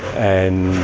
and